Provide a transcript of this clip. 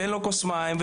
תן לו כוס מים,